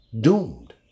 doomed